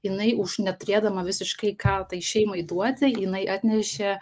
jinai už neturėdama visiškai ką tai šeimai duoti jinai atnešė